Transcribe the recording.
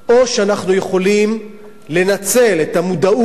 או שאנחנו יכולים לנצל את המודעות